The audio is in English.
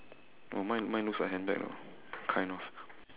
oh mine mine looks like a handbag lah kind of